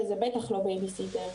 וזה בטח לא בייביסיטר.